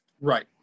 right